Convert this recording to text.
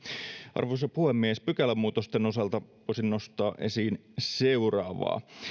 arvoisa puhemies pykälämuutosten osalta voisin nostaa esiin seuraavaa